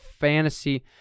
fantasy